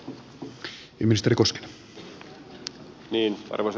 arvoisa herra puhemies